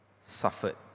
suffered